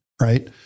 right